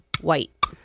White